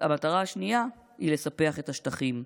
המטרה השנייה היא לספח את השטחים.